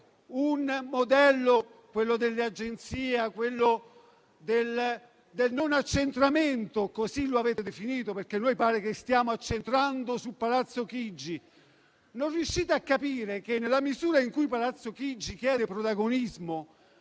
il modello dell'Agenzia, del non accentramento, come lo avete definito, perché pare che stiamo accentrando su Palazzo Chigi? Non riuscite a capire che nella misura in cui Palazzo Chigi chiede protagonismo,